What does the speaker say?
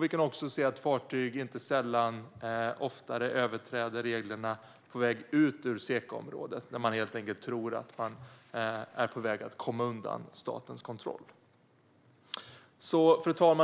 Vi kan se att fartyg inte sällan överträder reglerna på väg ut ur SECA-området, när de helt enkelt tror att de är på väg att komma undan statens kontroll. Fru talman!